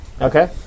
Okay